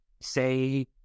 say